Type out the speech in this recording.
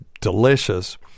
delicious